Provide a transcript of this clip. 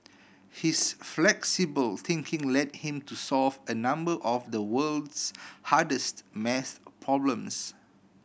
his flexible thinking led him to solve a number of the world's hardest math problems